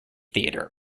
theater